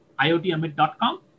iotamit.com